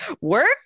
work